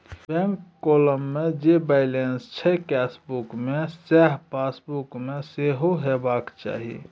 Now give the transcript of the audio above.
bank column मे जे balance छै केसबुक मे सैह पासबुक मे सेहो हेबाक चाही